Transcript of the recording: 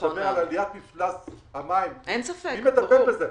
אני מדבר על עליית מפלס המים, מי מטפל בזה?